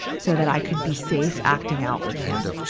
so that i could be safe acting out with him.